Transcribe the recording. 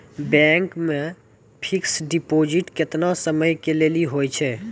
Bank मे fixed deposit केतना समय के लेली होय छै?